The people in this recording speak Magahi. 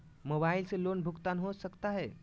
मोबाइल से लोन भुगतान हो सकता है?